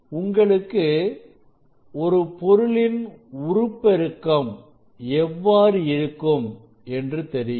உங்களுக்கு ஒரு பொருளின் உருப்பெருக்கம் எவ்வாறு இருக்கும் என்று தெரியும்